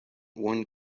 one